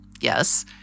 Yes